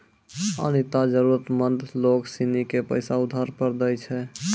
अनीता जरूरतमंद लोग सिनी के पैसा उधार पर दैय छै